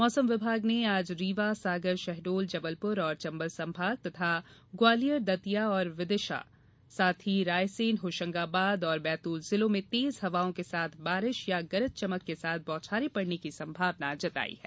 मौसम विभाग ने आज रीवा सागर शहडोल जबलपुर एवं चंबल संभाग और ग्वालियर दतिया विदिशा रायसेन होशंगाबाद और बैतूल जिलों में तेज हवाओं के साथ बारिश या गरज चमक के साथ बौछारें पड़ने की संभावना जताई है